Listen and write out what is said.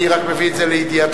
ואני רק מביא את זה לידיעתכם,